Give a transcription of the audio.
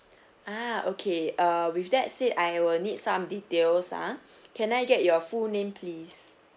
ah okay err with that said I will need some details ah can I get your full name please